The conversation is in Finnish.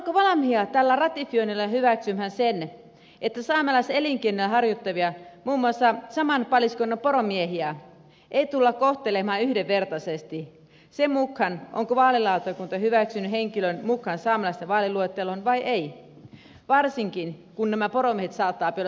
olemmeko valmiita tällä ratifioinnilla hyväksymään sen että saamelaiselinkeinoja harjoittavia muun muassa saman paliskunnan poromiehiä ei tulla kohtelemaan yhdenvertaisesti sen mukaan onko vaalilautakunta hyväksynyt henkilön mukaan saamelaisten vaaliluetteloon vai ei varsinkin kun nämä poromiehet saattavat olla sukulaisia keskenään